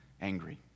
angry